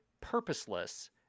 purposeless